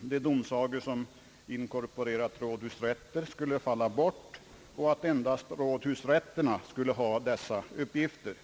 de domsagor som inkorporerat rådhusrätter skulle falla bort och att endast rådhusrätterna skulle ha dessa uppgifter.